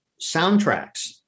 soundtracks